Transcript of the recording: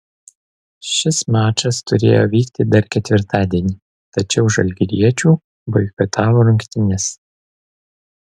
šis mačas turėjo vykti dar ketvirtadienį tačiau žalgiriečių boikotavo rungtynes